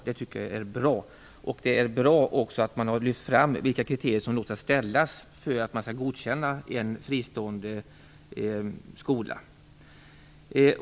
Det tycker jag är bra. Det är också bra att man har lyft fram vilka kriterier som skall ställas för att en fristående skola skall godkännas.